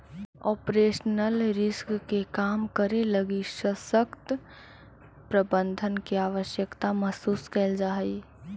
operational risk के कम करे लगी सशक्त प्रबंधन के आवश्यकता महसूस कैल जा हई